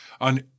on